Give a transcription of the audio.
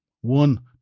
one